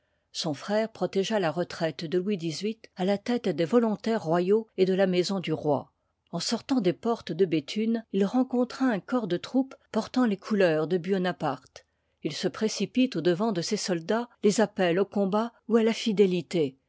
son frère protégea la retraite de louis xyiii à la tête des volontaires royaux et de la maison du roi en sortant des portes de béthune il rencontra un corps de troupes portant les couleurs de buonaparte il se précipite au devant de ces soldats les appelle au combat ou à la fidélité